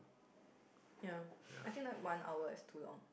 ya I think like one hour is too long